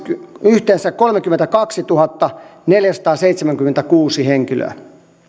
yhteensä kolmekymmentäkaksituhattaneljäsataaseitsemänkymmentäkuusi henkilöä